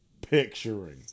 picturing